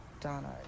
Donna